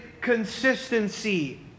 consistency